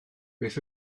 beth